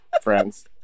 friends